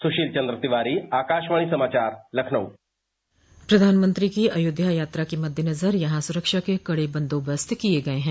सुशील चन्द्र तिवारी आकाशवाणी समाचार लखनऊ प्रधानमंत्री की अयोध्या यात्रा के मद्देनजर यहां सुरक्षा के कड़े बंदोबस्त किये गये हैं